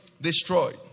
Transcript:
destroyed